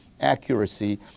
accuracy